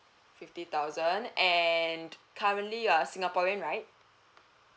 fifty thousand and currently you're a singaporean right